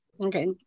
Okay